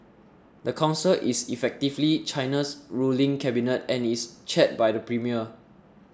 the council is effectively China's ruling cabinet and is chaired by the premier